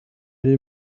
did